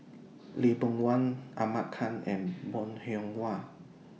Lee Boon Wang Ahmad Khan and Bong Hiong Hwa